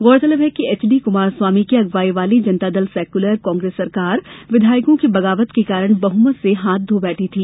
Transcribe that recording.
गौरतलब है कि एचडी कुमारस्वामी की अगवाई वाली जनतादल सैक्लर कांग्रेस सरकार विधायकों की बगावत के कारण बहमत से हाथ धो बैठी थी